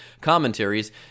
commentaries